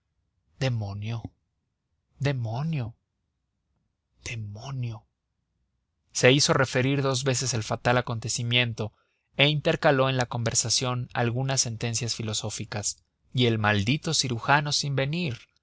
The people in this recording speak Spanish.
demonio demonio demonio se hizo referir dos veces el fatal acontecimiento e intercaló en la conversación algunas sentencias filosóficas y el maldito cirujano sin venir